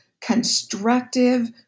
constructive